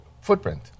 footprint